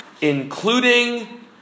including